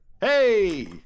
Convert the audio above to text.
Hey